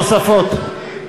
חברי הכנסת של מרצ וסיעות נוספות,